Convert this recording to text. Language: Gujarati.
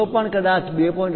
જો પણ કદાચ 2